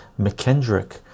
mckendrick